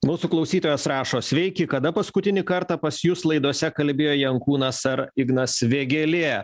mūsų klausytojas rašo sveiki kada paskutinį kartą pas jus laidose kalbėjo jankūnas ar ignas vėgėlė